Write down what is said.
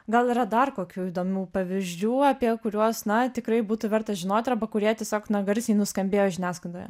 gal yra dar kokių įdomių pavyzdžių apie kuriuos na tikrai būtų verta žinoti arba kurie tiesiog garsiai nuskambėjo žiniasklaidoje